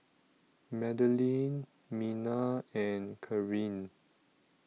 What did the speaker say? Madelene Mena and Karin